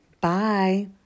bye